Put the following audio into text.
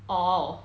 orh